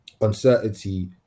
uncertainty